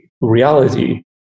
reality